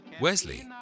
Wesley